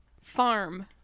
Farm